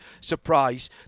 surprise